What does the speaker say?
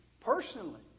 personally